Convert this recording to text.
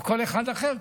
או כל אחד אחר,